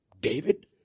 David